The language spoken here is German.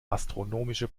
astronomische